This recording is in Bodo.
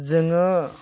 जोङो